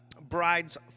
bride's